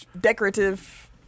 decorative